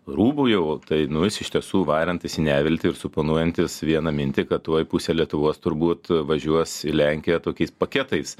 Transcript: rūbų jau tai nu jis iš tiesų varantis į neviltį ir suponuojantis vieną mintį kad tuoj pusė lietuvos turbūt važiuos į lenkiją tokiais paketais